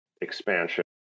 expansion